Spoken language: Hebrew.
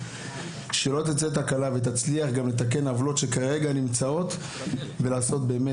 שלא תצא תקלה ותצליח גם לתקן עוולות שכרגע נמצאות ולעשות באמת